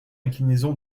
inclinaison